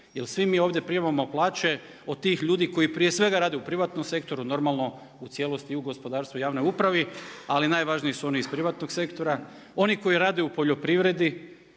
svi mi ovdje primamo plaće od tih ljudi koji prije svega rade u privatnom sektoru, normalno u cijelosti u gospodarstvu i javnoj upravi ali najvažniji su oni iz privatnog sektora, oni koji rade u poljoprivredi.